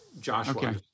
Joshua